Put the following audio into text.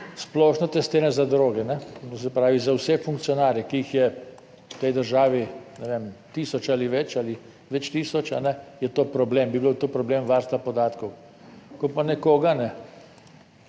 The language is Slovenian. splošno testiranje za droge, se pravi za vse funkcionarje, ki jih je v tej državi, ne vem, tisoč ali več ali več tisoč, je to problem, bi bil to problem varstva podatkov, ko pa nekoga